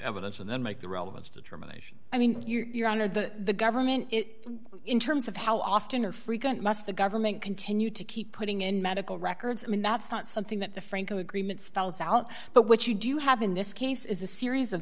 evidence and then make the relevant determination i mean you're under the government in terms of how often or frequent must the government continue to keep putting in medical records i mean that's not something that the franco agreement spells out but what you do have in this case is a series of